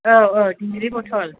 औ औ दिंग्रि बथल